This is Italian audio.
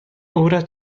ora